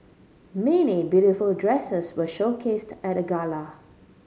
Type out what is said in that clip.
many beautiful dresses were showcased at the gala